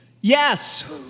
yes